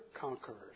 conquerors